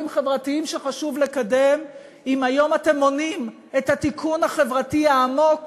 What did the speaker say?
חברתיים שחשוב לקדם אם היום אתם מונעים את התיקון החברתי העמוק